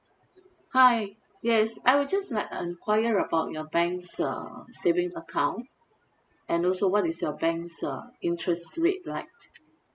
hi yes I would just like to enquire about your bank's uh saving account and also what is your bank's uh interest rate like